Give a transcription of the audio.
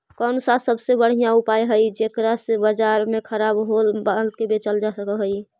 कौन सा सबसे बढ़िया उपाय हई जेकरा से बाजार में खराब होअल माल बेचल जा सक हई?